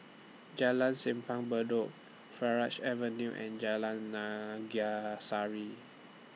Jalan Simpang Bedok Farleigh Avenue and Jalan Naga Sari